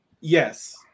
Yes